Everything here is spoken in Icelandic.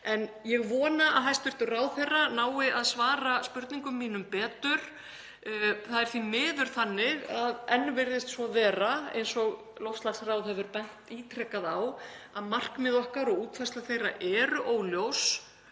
Ég vona að hæstv. ráðherra nái að svara spurningum mínum betur. Það er því miður þannig, eins og loftslagsráð hefur bent ítrekað á, að markmið okkar og útfærsla þeirra eru óljós